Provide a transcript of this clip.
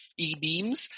ebeams